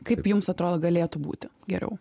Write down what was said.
kaip jums atrodo galėtų būti geriau